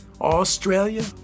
Australia